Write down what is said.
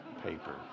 paper